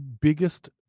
biggest